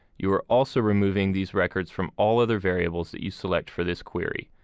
you are also removing these records from all other variables that you select for this query.